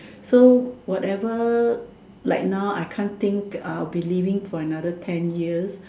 so whatever like now I cant think I'll be living for another ten years